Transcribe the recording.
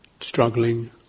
struggling